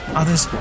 others